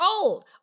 old